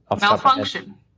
Malfunction